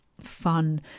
fun